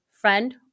friend